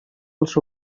els